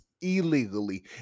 illegally